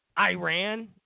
Iran